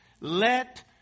let